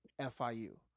FIU